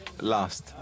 last